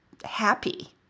Happy